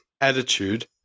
attitude